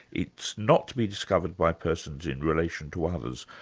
it's not to be discovered by persons in relation to others.